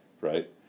right